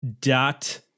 dot